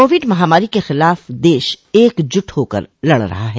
Covid महामारी के खिलाफ देश एकजुट होकर लड़ रहा है